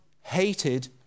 hated